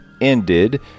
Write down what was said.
ended